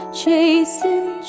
chasing